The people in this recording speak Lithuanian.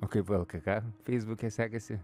kaip vlkk feisbuke sekasi